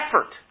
effort